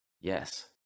yes